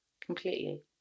Completely